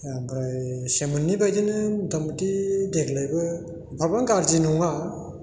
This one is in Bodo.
ओमफ्राय सेमोननि बायदिनो मथा मथि देग्लायबो एफाबां गाज्रि नङा